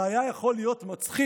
זה היה יכול להיות מצחיק,